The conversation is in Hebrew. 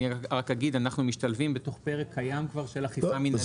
אני רק אגיד שאנחנו משתלבים בתוך פרק קיים של אכיפה מינהלית.